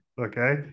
okay